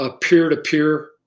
peer-to-peer